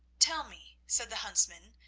tell me, said the huntsman,